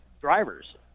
drivers